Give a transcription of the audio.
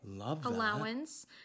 allowance